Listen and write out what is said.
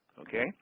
okay